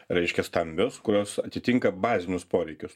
reiškia stambios kurios atitinka bazinius poreikius